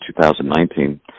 2019